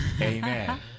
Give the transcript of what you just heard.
Amen